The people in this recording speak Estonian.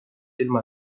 ilma